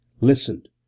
listened